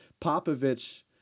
Popovich